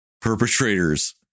perpetrators